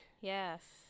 Yes